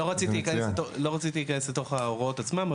לא רציתי להיכנס לתוך ההוראות עצמן,